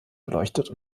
beleuchtet